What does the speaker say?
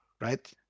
right